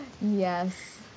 Yes